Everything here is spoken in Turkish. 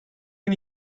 bin